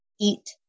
eat